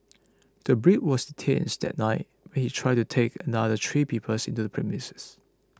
the Brit was detained that night when he tried to take another three peoples into the premises